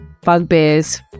bugbears